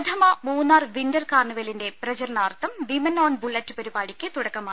പ്രഥമ മൂന്നാർ വിൻർ കാർണിവ്ലിന്റെ പ്രചരണാർത്ഥം വിമൻ ഓൺ ബുള്ളറ്റ് പരിപാടിക്ക് തുടക്കമായി